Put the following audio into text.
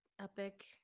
epic